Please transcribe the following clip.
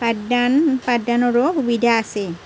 পাঠদান পাঠদানৰো সুবিধা আছে